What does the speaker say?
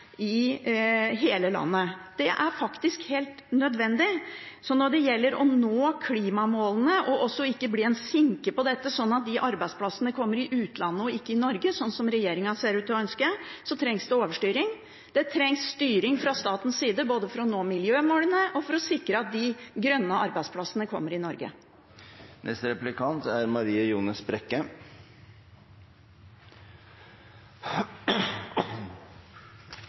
i hele landet. Det er faktisk helt nødvendig. Når det gjelder å nå klimamålene og ikke bli en sinke på dette sånn at de arbeidsplassene kommer i utlandet og ikke i Norge, sånn som regjeringen ser ut til å ønske, trengs det overstyring. Det trengs styring fra statens side, både for å nå miljømålene og for å sikre at de grønne arbeidsplassene kommer i Norge.